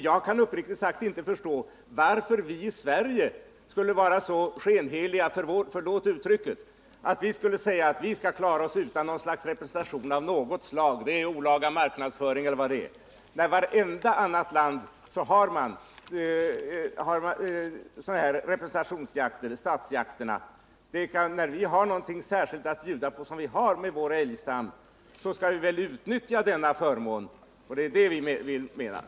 Jag kan uppriktigt sagt inte förstå varför vi i Sverige skulle vara så skenheliga — förlåt uttrycket — att vi skulle säga att vi kan klara oss utan representation av något slag, att det är olaga marknadsföring osv., när man i varje annat land har sådana här representationsjakter, statsjakter. När vi har någonting särskilt att bjuda, såsom vi har med vår älgstam, skall vi väl utnyttja denna tillgång.